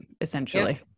essentially